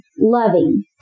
loving